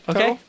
Okay